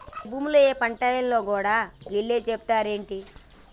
ఏ భూమిల ఏ పంటేయాల్నో గూడా గీళ్లే సెబుతరా ఏంది?